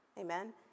amen